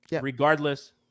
regardless